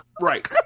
Right